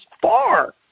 far